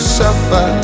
suffer